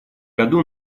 году